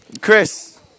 Chris